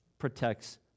protects